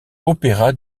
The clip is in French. opéra